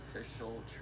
official